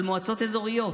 על מועצות אזוריות,